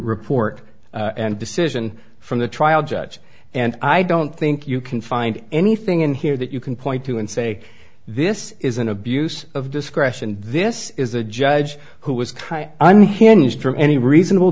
report and decision from the trial judge and i don't think you can find anything in here that you can point to and say this is an abuse of discretion this is a judge who was